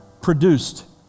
produced